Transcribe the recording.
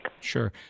Sure